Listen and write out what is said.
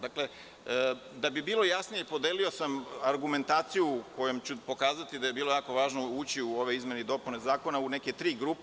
Dakle, da bi bilo jasnije, podelio sam argumentaciju kojom ću pokazati da je bilo jako važno ući u ove izmene i dopune zakona u neke tri grupe.